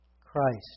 Christ